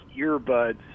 earbuds